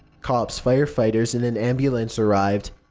cops, firefighters, and an ambulance arrived.